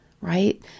right